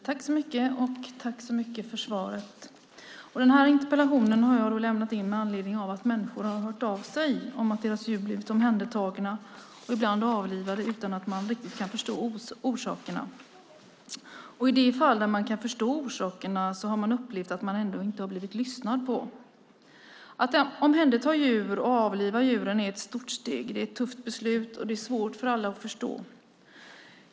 Herr talman! Tack, jordbruksministern, för svaret! Den här interpellationen har jag lämnat in med anledning av att människor har hört av sig om att deras djur har blivit omhändertagna och ibland avlivade utan att man riktigt kan förstå orsakerna. I de fall där man kan förstå orsakerna har man ändå upplevt att man inte har blivit lyssnad på. Att omhänderta djur och avliva dem är ett stort steg. Det är ett tufft beslut, och det är svårt för alla att förstå.